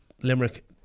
Limerick